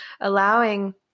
allowing